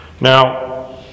Now